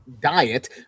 diet